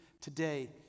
today